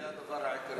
זה הדבר העיקרי,